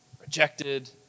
rejected